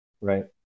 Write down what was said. right